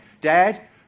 Dad